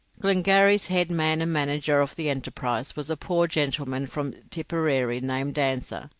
glengarry's head man and manager of the enterprise was a poor gentleman from tipperary named dancer,